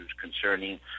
concerning